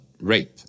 rape